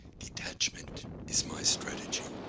detachment is my strategy.